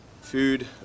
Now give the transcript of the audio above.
food